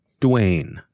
Dwayne